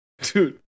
dude